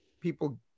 people